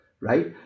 Right